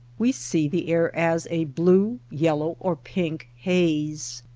we see the air as a blue, yellow, or pink haze.